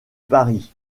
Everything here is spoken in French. paris